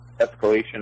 escalation